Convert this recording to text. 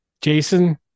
Jason